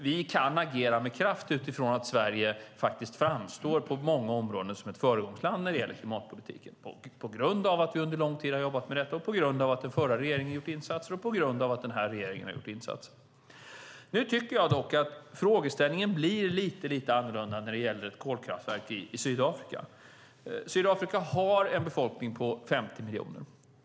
Vi kan agera med kraft utifrån att Sverige på många områden framstår som ett föregångsland när det gäller klimatpolitiken på grund av att vi under lång tid har jobbat med detta, på grund av att den förra regeringen har gjort insatser och på grund av att den här regeringen har gjort insatser. Nu tycker jag dock att frågeställningen blir lite annorlunda när det gäller ett kolkraftverk i Sydafrika. Sydafrika har en befolkning på 50 miljoner.